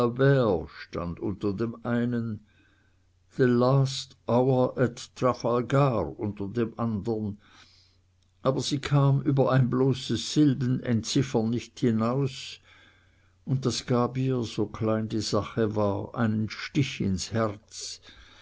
unter dem einen the last hour at trafalgar unter dem andern aber sie kam über ein bloßes silbenentziffern nicht hinaus und das gab ihr so klein die sache war einen stich ins herz